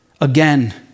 again